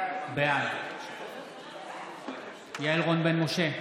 בעד יעל רון בן משה,